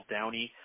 Downey